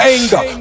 Anger